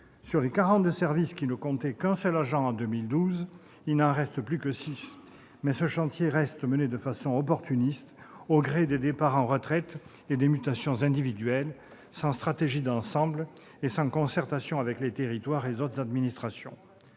; des 42 services qui ne comptaient qu'un seul agent en 2012, il n'en reste plus que 6. Mais ce chantier reste mené de façon opportuniste, au gré des départs à la retraite et des mutations individuelles, sans stratégie d'ensemble et sans concertation avec les territoires et les autres administrations.